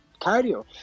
cardio